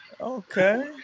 Okay